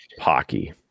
hockey